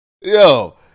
Yo